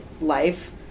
life